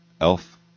elf